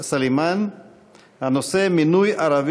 נשאלת קודם כול השאלה: מה עשית שם?